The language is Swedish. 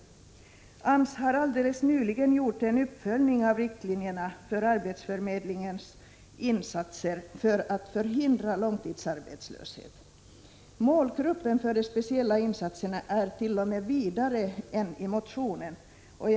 AMS har alldeles nyligen gjort en uppföljning av riktlinjerna för arbetsförmedlingens insatser för att förhindra långtidsarbetslöshet. Målgruppen för de speciella insatserna är t.o.m. vidare än som framgår av motionen.